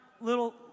little